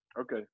Okay